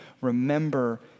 remember